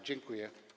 Dziękuję.